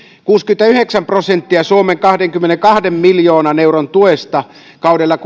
kuusikymmentäyhdeksän prosenttia suomen kahdenkymmenenkahden miljoonan euron tuesta kaudella